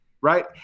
right